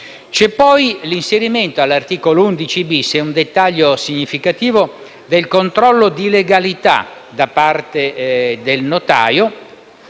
poi l'inserimento, all'articolo 11-*bis* (è un dettaglio significativo), del controllo di legalità da parte del notaio,